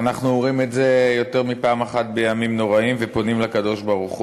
אנחנו אומרים את זה יותר מפעם אחת בימים הנוראים ופונים לקדוש-ברוך-הוא.